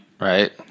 Right